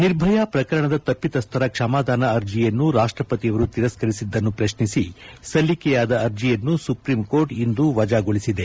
ನಿರ್ಭಯ ಪ್ರಕರಣದ ತಪ್ಪಿತಸ್ವರ ಕ್ಷಮಾದಾನ ಅರ್ಜೆಯನ್ನು ರಾಷ್ಷಪತಿಯವರು ತಿರಸ್ಕರಿಸಿದ್ದನ್ನು ಪ್ರತ್ನಿಸಿ ಸಲ್ಲಿಕೆಯಾದ ಅರ್ಜೆಯನ್ನು ಸುಪ್ರೀಂ ಕೋರ್ಟ್ ಇಂದು ವಜಾಗೊಳಿಸಿದೆ